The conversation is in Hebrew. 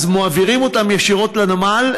ואז מעבירים אותם ישירות לנמל,